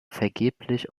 vergeblich